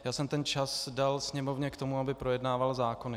Já jsem ten čas dal Sněmovně k tomu, aby projednávala zákony.